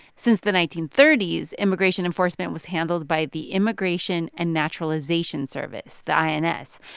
since the nineteen thirty s, immigration enforcement was handled by the immigration and naturalization service the ins.